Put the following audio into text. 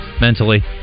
mentally